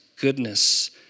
goodness